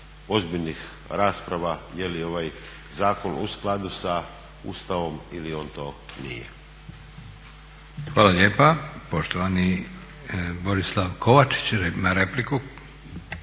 ozbiljnih rasprava je li ovaj zakon u skladu sa Ustavom ili on to nije.